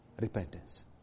repentance